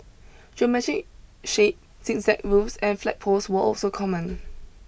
geometric shapes zigzag roofs and flagpoles were also common